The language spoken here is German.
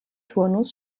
turnus